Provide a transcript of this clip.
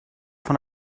von